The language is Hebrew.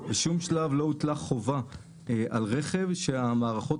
בשום שלב לא הוטלה חובה על רכב שהמערכת